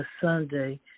Sunday